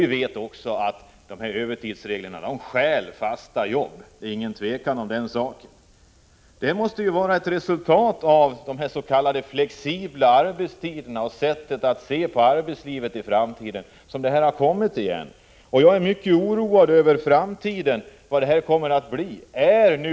Vi vet också att övertiden stjäl fasta jobb — det är inget tvivel om den saken. Det här måste vara ett resultat av de s.k. flexibla arbetstiderna och sättet att se på arbetstiden i framtiden. Jag är mycket oroad över vad det här kommer att bli i framtiden.